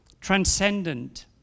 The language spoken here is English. transcendent